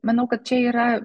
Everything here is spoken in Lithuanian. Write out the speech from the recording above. manau kad čia yra